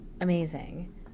amazing